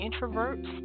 introverts